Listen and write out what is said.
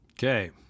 Okay